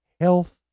health